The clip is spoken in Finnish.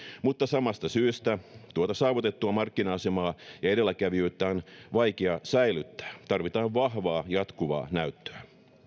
mutta samasta syystä tuota saavutettua markkina asemaa ja edelläkävijyyttä on vaikea säilyttää tarvitaan vahvaa jatkuvaa näyttöä